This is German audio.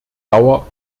dauer